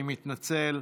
אני מתנצל.